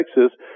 Texas